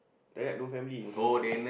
like that no family in Singapore